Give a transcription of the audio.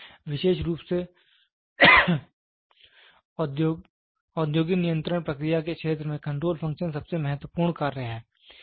इसलिए विशेष रूप से औद्योगिक नियंत्रण प्रक्रिया के क्षेत्र में कंट्रोल फंक्शन सबसे महत्वपूर्ण कार्य है